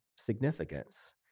significance